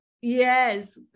yes